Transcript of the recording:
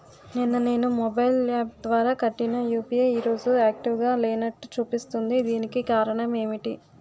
నిన్న నేను mobile app ద్వారా కట్టిన యు.పి.ఐ ఈ రోజు యాక్టివ్ గా లేనట్టు చూపిస్తుంది దీనికి కారణం ఏమిటి?